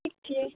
ठीक छी